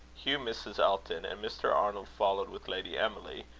hugh mrs. elton, and mr. arnold followed with lady emily,